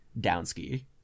down-ski